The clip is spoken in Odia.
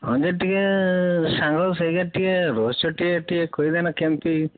ହଁ ଯେ ଟିକେ ସାଙ୍ଗ ସେଇଟା ଟିକେ ରହସ୍ୟ ଟିକେ ଟିକେ କହିବେ ନା କେମିତି